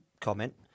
comment